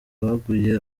baguye